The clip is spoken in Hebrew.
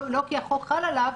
לא כי החוק חל עליו,